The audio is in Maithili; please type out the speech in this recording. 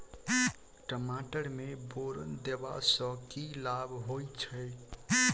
टमाटर मे बोरन देबा सँ की लाभ होइ छैय?